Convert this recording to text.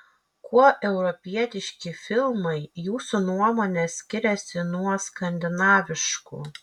kuo europietiški filmai jūsų nuomone skiriasi nuo skandinaviškų